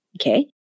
Okay